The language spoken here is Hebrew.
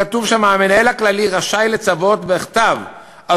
כתוב: המנהל הכללי רשאי לצוות בכתב על